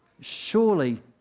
surely